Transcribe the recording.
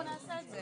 אנחנו נשמח לאשר